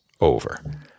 over